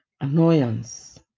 annoyance